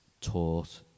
taught